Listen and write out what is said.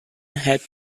had